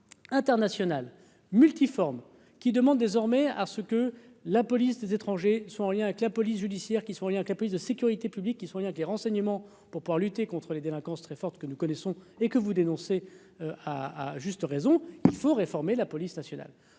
internationale multiforme qui demande désormais à ce que. La police des étrangers sont rien que la police judiciaire qui sont rien que la police de sécurité publique, qui sont bien que les renseignements pour pouvoir lutter contre les délinquances très forte que nous connaissons et que vous dénoncez à juste raison, il faut réformer la police nationale,